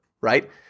Right